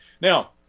Now